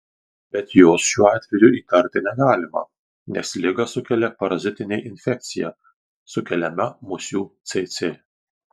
bet jos šiuo atveju įtarti negalima nes ligą sukelia parazitinė infekcija sukeliama musių cėcė